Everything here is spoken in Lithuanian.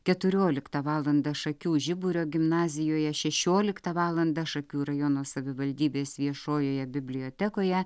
keturioliktą valandą šakių žiburio gimnazijoje šešioliktą valandą šakių rajono savivaldybės viešojoje bibliotekoje